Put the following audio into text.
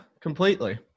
completely